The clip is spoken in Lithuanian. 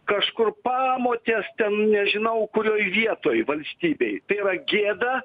kažkur pamotės ten nežinau kurioj vietoj valstybėj tai yra gėda